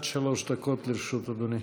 עד שלוש דקות לרשות אדוני.